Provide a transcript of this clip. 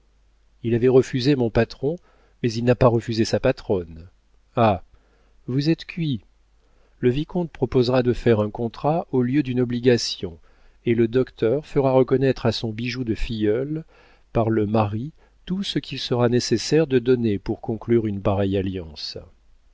il avait refusé mon patron mais il n'a pas refusé sa patronne ah vous êtes cuits le vicomte proposera de faire un contrat au lieu d'une obligation et le docteur fera reconnaître à son bijou de filleule par le mari tout ce qu'il sera nécessaire de donner pour conclure une pareille alliance